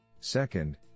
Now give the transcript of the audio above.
Second